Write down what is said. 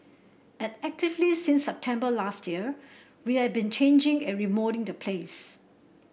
and actively since September last year we have been changing and remoulding the place